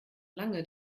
lange